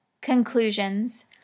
Conclusions